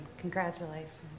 Congratulations